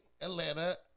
Atlanta